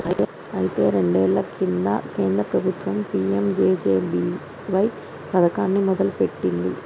అయితే రెండేళ్ల కింద కేంద్ర ప్రభుత్వం పీ.ఎం.జే.జే.బి.వై పథకాన్ని మొదలుపెట్టింది